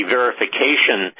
verification